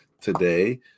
today